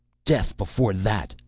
death before that,